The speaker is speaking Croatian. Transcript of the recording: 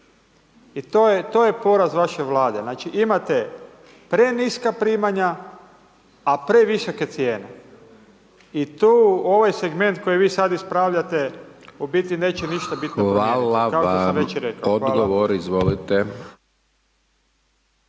I to je poraz vaše Vlade, znači imate preniska primanja a previsoke cijene. I tu ovaj segment koji vi sad ispravljate u biti neće ništa bitno promijeniti, kao što sam već